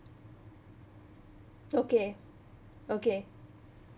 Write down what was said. okay okay